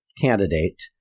candidate